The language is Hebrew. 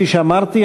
כפי שאמרתי,